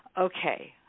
okay